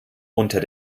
unter